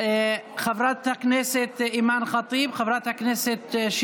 חברת הכנסת אימאן ח'טיב,